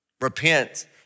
Repent